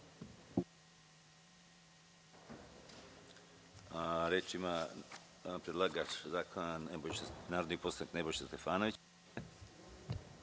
Reč ima predlagač zakona narodni poslanik Nebojša Stefanović.